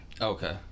Okay